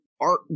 art